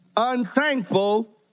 unthankful